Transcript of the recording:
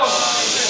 (חבר הכנסת משה אבוטבול יוצא מאולם המליאה.)